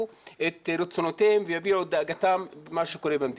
את רצונותיהם ואת דאגתם ממה שקורה במדינה.